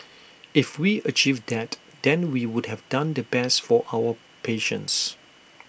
if we achieve that then we would have done the best for our patients